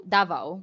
Davao